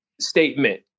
statement